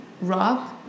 rob